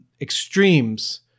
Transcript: extremes